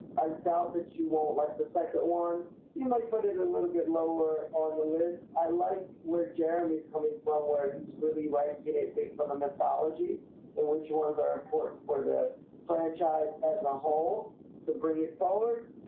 i doubt that you won't like the second one you might put it a little bit lower on the list i like where jeremy's coming from where he's really right unit based on the mythology and which ones are important for the franchise as a whole to bring it forward.